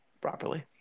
Properly